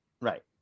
Right